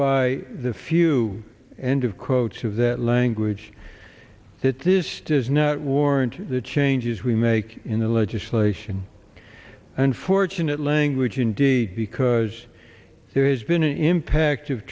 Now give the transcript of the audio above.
by the few and of quotes of that language that this does not warrant the changes we make in the legislation unfortunate language indeed because there has been an impact of